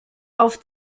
auf